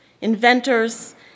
inventors